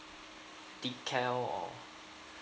decal or